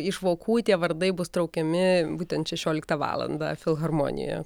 iš vokų tie vardai bus traukiami būtent šešioliktą valandą filharmonijoje